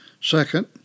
Second